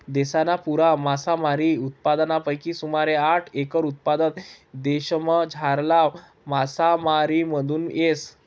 देशना पुरा मासामारी उत्पादनपैकी सुमारे साठ एकर उत्पादन देशमझारला मासामारीमाथून येस